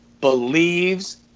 believes